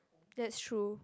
that's true